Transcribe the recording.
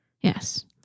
Yes